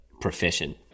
profession